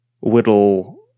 whittle